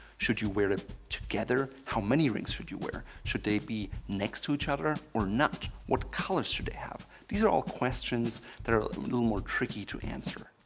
should you wear it together? how many rings should you wear? should they be next to each other or not? what colors should they have? these are all questions that are a little more tricky to answer.